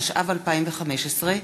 התשע"ו 2015,